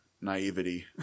naivety